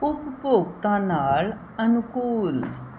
ਉਪਭੋਗਤਾ ਨਾਲ ਅਨੁਕੂਲ